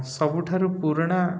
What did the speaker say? ସବୁଠାରୁ ପୁରୁଣା